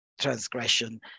transgression